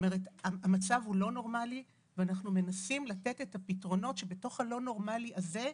המצב הוא לא נורמלי ואנחנו מנסים לתת את הפתרונות שבתוך הלא נורמלי הזה,